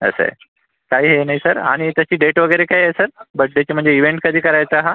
असं आहे काही हे नाही सर आणि त्याची डेट वगैरे काय आहे सर बर्थडेची म्हणजे इवेंट कधी करायचा हा